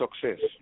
success